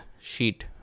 sheet